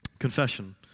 Confession